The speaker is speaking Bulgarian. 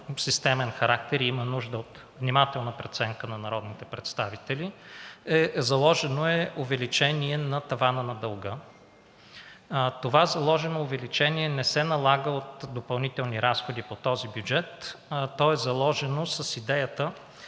системен характер и има нужда от внимателна преценка на народните представители, заложено е увеличение на тавана на дълга. Това заложено увеличение не се налага от допълнителни разходи по този бюджет, то е заложено с идеята